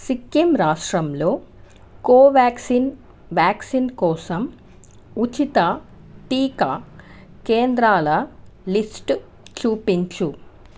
సిక్కిం రాష్ట్రంలో కోవ్యాక్సిన్ వ్యాక్సిన్ కోసం ఉచిత టీకా కేంద్రాల లిస్టు చూపించు